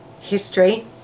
history